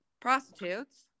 prostitutes